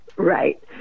Right